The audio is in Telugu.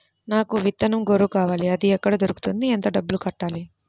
నాకు విత్తనం గొర్రు కావాలి? అది ఎక్కడ దొరుకుతుంది? ఎంత డబ్బులు కట్టాలి?